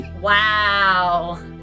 Wow